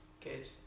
good